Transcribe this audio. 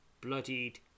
Bloodied